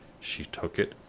she took it,